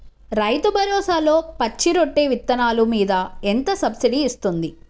రైతు భరోసాలో పచ్చి రొట్టె విత్తనాలు మీద ఎంత సబ్సిడీ ఇస్తుంది?